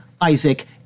Isaac